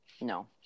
no